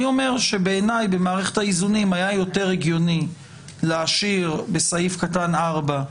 אני אומר שבעיניי במערכת האיזונים היה יותר הגיוני להשאיר בסעיף קטן (4)